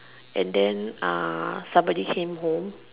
and then uh somebody came home